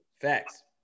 Facts